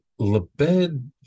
Lebed